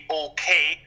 okay